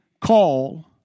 call